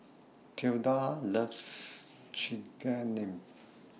Tilda loves Chigenabe